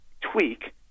tweak